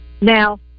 Now